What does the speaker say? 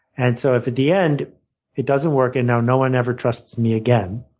and so if at the end it doesn't work and now no one ever trusts me again,